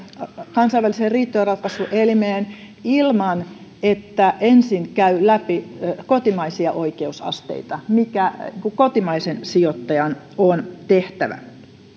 kansainväliseen riitojenratkaisuelimeen ilman että ensin käy läpi kotimaisia oikeusasteita mikä kotimaisen sijoittajan on tehtävä